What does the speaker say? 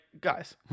guys